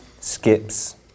Skips